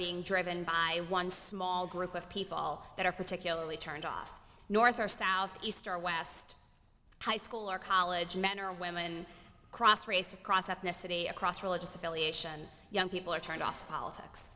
being driven by one small group of people that are particularly turned off north or south east or west high school or college men or women across race across ethnicity across religious affiliation young people are turned off to politics